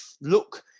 look